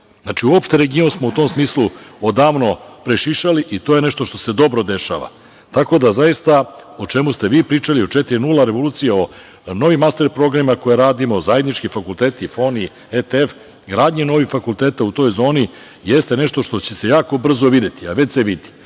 Uopšte, region smo u tom smislu odavno prešišali i to je nešto što se dobro dešava. Tako da, zaista o čemu ste vi pričali, o četiri nula revolucije, o novim master programima koje radimo zajednički, fakulteti, FON i ETF, gradnji novih fakulteta u toj zoni, jeste nešto što će se jako brzo videti, a već se vidi. Ono